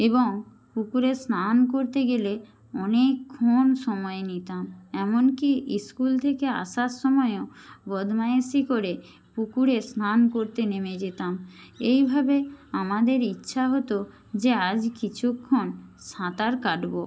এবং পুকুরে স্নান করতে গেলে অনেকক্ষণ সময় নিতাম এমনকি স্কুল থেকে আসার সময়ও বদমায়েশি করে পুকুরে স্নান করতে নেমে যেতাম এইভাবে আমাদের ইচ্ছা হতো যে আজ কিছুক্ষণ সাঁতার কাটব